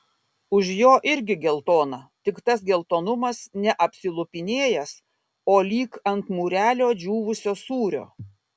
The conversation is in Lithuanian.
už jo irgi geltona tik tas geltonumas ne apsilupinėjęs o lyg ant mūrelio džiūvusio sūrio